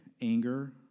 anger